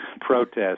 protest